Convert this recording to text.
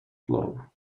flour